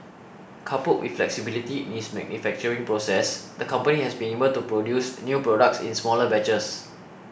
coupled with flexibility in its manufacturing process the company has been able to produce new products in smaller batches